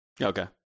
Okay